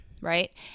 Right